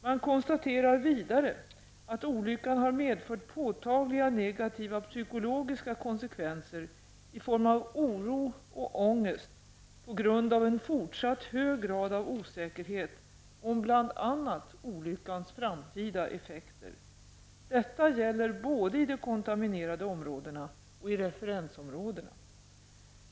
Man konstaterar vidare att olyckan har medfört påtagliga negativa psykologiska konsekvenser i form av oro och ångest på grund av en fortsatt hög grad av osäkerhet om bl.a. olyckans framtida effekter. Detta gäller både i de kontaminerade områdena och i referensområdena.